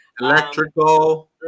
electrical